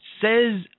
says